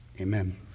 Amen